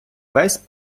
весь